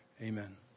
Amen